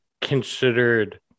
considered